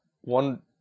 one